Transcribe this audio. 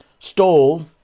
stole